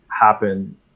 happen